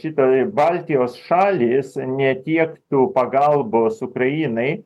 šitai baltijos šalys netiektų pagalbos ukrainai